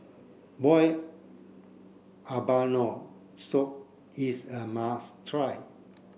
boiled abalone soup is a must try